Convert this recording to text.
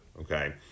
okay